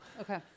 Okay